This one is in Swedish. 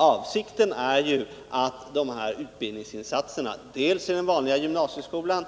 Avsikten är ju att de här utbildningsinsatserna dels i den vanliga gymnasieskolan,